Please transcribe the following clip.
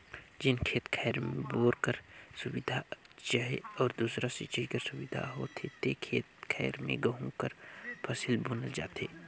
जेन खेत खाएर में बोर कर सुबिधा चहे अउ दूसर सिंचई कर सुबिधा होथे ते खेत खाएर में गहूँ कर फसिल बुनल जाथे